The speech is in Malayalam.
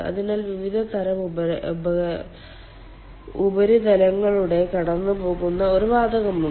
അതിനാൽ വിവിധ തരം ഉപരിതലങ്ങളിലൂടെ കടന്നുപോകുന്ന ഒരു വാതകമുണ്ട്